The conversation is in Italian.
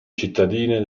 cittadine